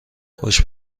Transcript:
خوش